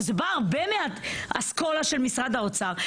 וזה בא הרבה מאסכולה של משרד האוצר,